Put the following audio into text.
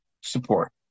support